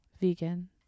Vegan